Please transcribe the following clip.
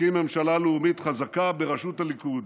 נקים ממשלה לאומית חזקה בראשות הליכוד.